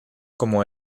como